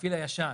למפעיל הישן.